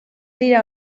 dira